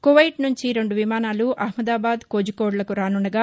Kuwait నుంచి రెండు విమానాలు అహ్నదాబాద్ కోజికోడ్లకు రాసుండగా